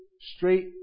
straight